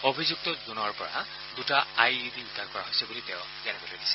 অভিযুক্তজনৰ পৰা দুটা I E D উদ্ধাৰ কৰা হৈছে বুলি তেওঁ জানিবলৈ দিছে